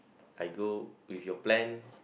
I go with your plan